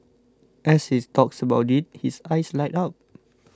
as he talks about it his eyes light up